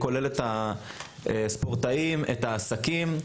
את הספורטאים ואת העסקים.